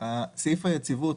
סעיף היציבות